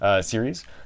series